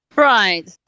Right